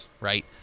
right